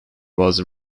was